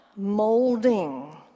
molding